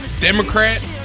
Democrat